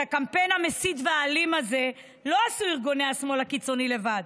את הקמפיין המסית והאלים הזה לא עשו ארגוני השמאל הקיצוני לבד,